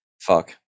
Fuck